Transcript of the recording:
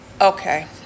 okay